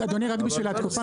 רק אדוני רק בשביל התקופה,